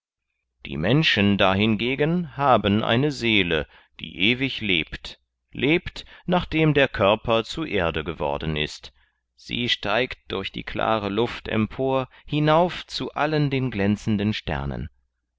die menschen dahingegen haben eine seele die ewig lebt lebt nachdem der körper zu erde geworden ist sie steigt durch die klare luft empor hinauf zu allen den glänzenden sternen